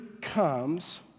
comes